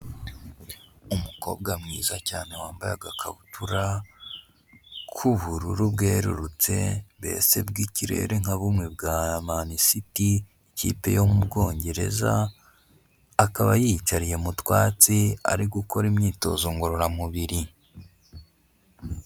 Umukobwa mwiza cyane wambaye agakabutura k'ubururu bwerurutse mbese bw'ikirere nka bumwe bwa Manisiti; ikipe yo mu Bwongereza, akaba yiyicariye mu twatsi ari gukora imyitozo ngororamubiri.